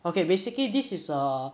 okay basically this is a